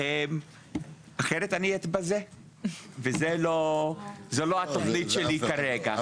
אחרת, אתבזה, וזו לא התוכנית שלי כרגע.